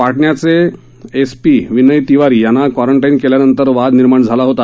पाटण्याचे SP Vinay Tiwari यांना quarantine केल्यानंतर वाद निर्माण झाला होता